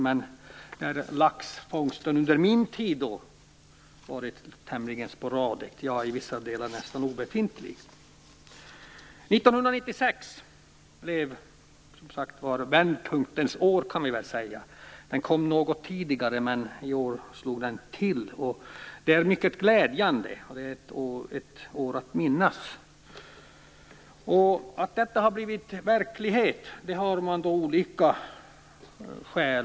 Men under min tid har laxfångsten varit tämligen sporadisk, i vissa delar nästan obefintlig. Man kan säga att 1996 blev vändpunktens år. Det började något tidigare, men det året vände det på allvar. Det är mycket glädjande, och 1996 är därför ett år att minnas.